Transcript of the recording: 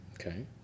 Okay